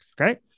Okay